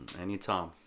Anytime